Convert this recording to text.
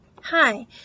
Hi